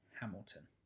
Hamilton